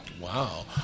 wow